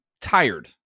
tired